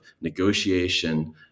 negotiation